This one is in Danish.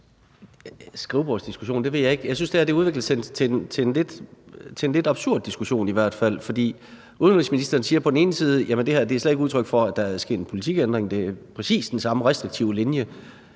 skrivebordsdiskussion. Jeg synes i hvert fald, det her udvikler sig til en lidt absurd diskussion. For udenrigsministeren siger på den ene side, at det her slet ikke er udtryk for, at der er sket en politikændring; det er præcis den samme restriktive linje,